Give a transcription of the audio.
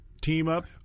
team-up